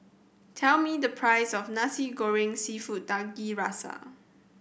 tell me the price of Nasi Goreng Seafood Tiga Rasa